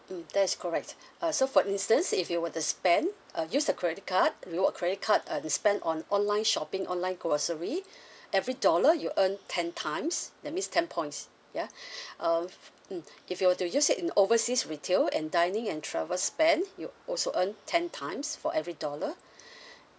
mm that's correct uh so for instance if you were to spend uh use the credit card reward credit card and spend on online shopping online grocery every dollar you earn ten times that means ten points ya uh mm if you were to use it in overseas retail and dining and travel spent you also earn ten times for every dollar